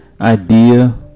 idea